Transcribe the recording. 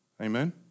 Amen